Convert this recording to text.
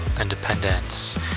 independence